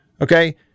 Okay